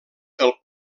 del